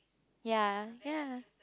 ya ya